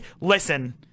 listen